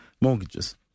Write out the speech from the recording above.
mortgages